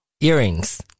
Earrings